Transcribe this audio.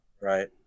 right